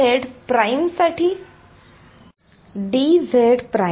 हे केवळ या इंटिग्रल चे मूल्यांकन करण्यात मदत करते ठीक आहे म्हणजे ही मोठी गोष्ट नाही